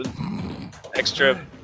extra